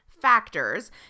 factors